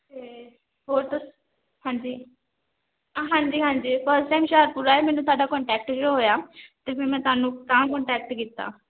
ਅਤੇ ਹੋਰ ਤੁਸ ਹਾਂਜੀ ਹਾਂਜੀ ਹਾਂਜੀ ਫਸਟ ਟਾਈਮ ਹੁਸ਼ਿਆਰਪੁਰ ਆਏ ਮੈਨੂੰ ਤੁਹਾਡਾ ਕੋਂਟੈਕਟ ਵੀ ਹੋਇਆ ਅਤੇ ਫਿਰ ਮੈਂ ਤੁਹਾਨੂੰ ਤਾਂ ਕੋਂਟੈਕਟ ਕੀਤਾ